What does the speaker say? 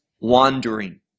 wandering